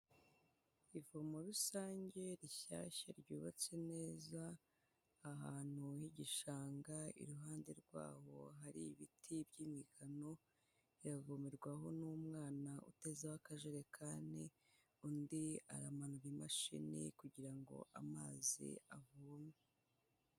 Ivumo rusange rishyashya ryubatse neza ahantu h'igishanga iruhande rwaho hari ibiti by'imigano yavomerwaho n'umwana utezaho akajerekani undi amanura imashini kugirango amazi avome.